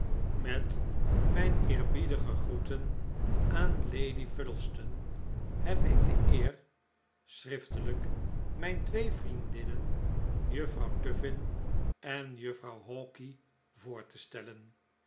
met mijn eerbiedige groeten aan lady fuddleston heb ik de eer schriftelijk mijn twee vriendinnen juffrouw tuffin en juffrouw hawky voor te stellen